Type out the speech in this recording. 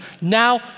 Now